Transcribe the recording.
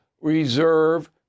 reserve